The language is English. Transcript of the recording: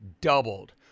doubled